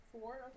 Four